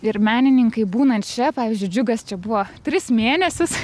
ir menininkai būnant čia pvz džiugas čia buvo tris mėnesius